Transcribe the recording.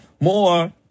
more